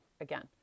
again